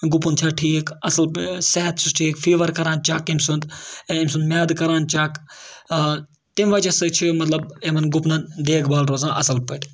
گُپُن چھا ٹھیٖک اَصٕل صحت چھُس ٹھیٖک فیٖوَر کَران چَک أمۍ سُنٛد أمۍ سُنٛد میٛادٕ کَران چَک تمہِ وجہ سۭتۍ چھِ مطلب یِمَن گُپنَن دیکھ بھال روزان اَصٕل پٲٹھۍ